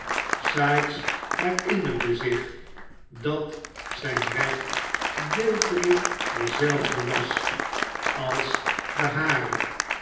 sikes herinnerde zich dat zijn weg gedeeltelijk dezelfde was als de hare